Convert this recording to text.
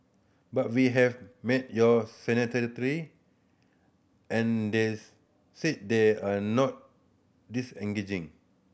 but we have met your and they said they are not disengaging